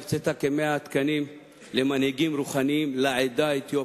הקצתה כ-100 תקנים למנהיגים רוחניים לעדה האתיופית.